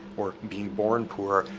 or being born poor.